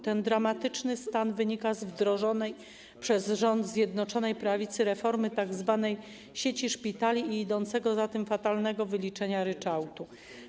Ten dramatyczny stan wynika z wdrożonej przez rząd Zjednoczonej Prawicy reformy, tzw. sieci szpitali i idącego za tym fatalnego wyliczenia ryczałtów.